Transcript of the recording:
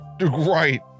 right